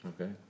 Okay